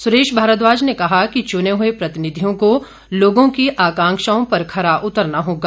सुरेश भारद्वाज ने कहा कि चुने हुए प्रतिनिधयों को लोगों की आकंक्षाओं पर खरा उतरना होगा